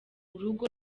urugo